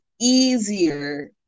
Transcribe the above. easier